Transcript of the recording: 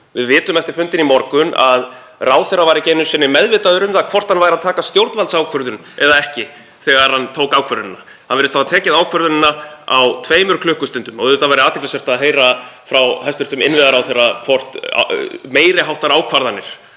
Við vitum eftir fundinn í morgun að ráðherra var ekki einu sinni meðvitaður um það hvort hann væri að taka stjórnvaldsákvörðun eða ekki þegar hann tók ákvörðunina. Hann virðist hafa tekið ákvörðunina á tveimur klukkustundum. Auðvitað væri athyglisvert að heyra frá hæstv. innviðaráðherra hvort meiri háttar ákvarðanir